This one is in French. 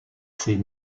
ses